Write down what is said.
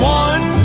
one